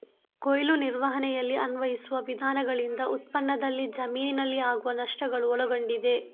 ಕೊಯ್ಲು ನಿರ್ವಹಣೆಯಲ್ಲಿ ಅನ್ವಯಿಸುವ ವಿಧಾನಗಳಿಂದ ಉತ್ಪನ್ನದಲ್ಲಿ ಜಮೀನಿನಲ್ಲಿ ಆಗುವ ನಷ್ಟಗಳು ಒಳಗೊಂಡಿದೆ